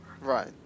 Right